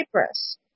Cyprus